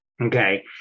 okay